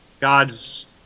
God's